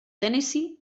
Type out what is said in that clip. tennessee